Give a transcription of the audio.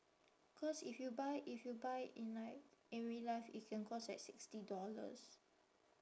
cause if you buy if you buy in like in real life it can cost like sixty dollars